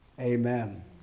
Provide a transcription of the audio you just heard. Amen